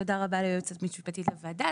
תודה רבה ליועצת המשפטית לוועדה.